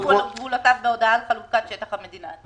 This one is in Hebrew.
גבולותיו בהודעה על חלוקת שטח המדינה".